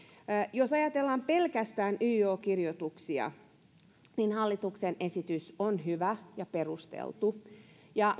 jos ajatellaan pelkästään yo kirjoituksia niin hallituksen esitys on hyvä ja perusteltu ja